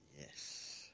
Yes